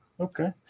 Okay